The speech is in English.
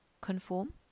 conform